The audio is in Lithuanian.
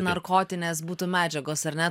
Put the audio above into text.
narkotinės būtų medžiagos ar ne